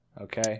okay